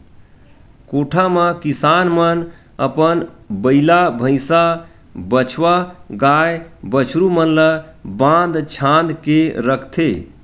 कोठा म किसान मन अपन बइला, भइसा, बछवा, गाय, बछरू मन ल बांध छांद के रखथे